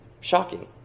Shocking